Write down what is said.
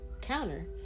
counter